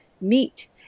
meat